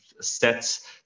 sets